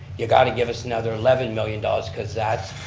you got to give us another eleven million dollars cause that's,